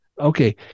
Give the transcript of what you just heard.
Okay